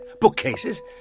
bookcases